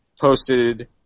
posted